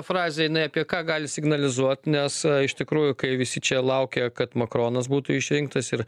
frazė jinai apie ką gali signalizuot nes iš tikrųjų kai visi čia laukia kad makronas būtų išrinktas ir